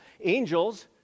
angels